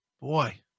boy